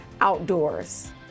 outdoors